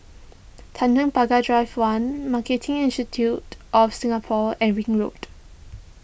Tanjong Pagar Drive one Marketing Institute of Singapore and Ring Road